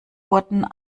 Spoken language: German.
wurden